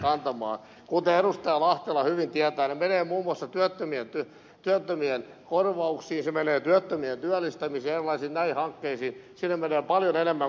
lahtela hyvin tietää ne menevät muun muassa työttömien korvauksiin työttömien työllistämiseen ja erilaisiin näihin hankkeisiin